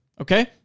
Okay